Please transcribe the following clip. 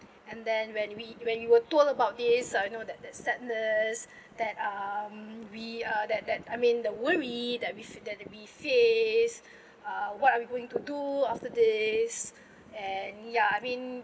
and then when we when we were told about this uh you know that that sadness that um we uh that that I mean the worry that we see that the we faced uh what are we going to do after this and ya I mean